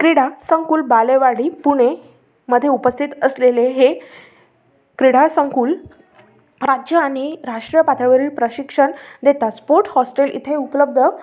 क्रीडा संकुल बालेवाडी पुणेमध्ये उपस्थित असलेले हे क्रीडा संकुल राज्य आणि राष्ट्रीय पातळवरील प्रशिक्षण देतात स्पोर्ट हॉस्टेल इथे उपलब्ध